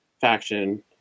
faction